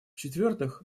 четвертых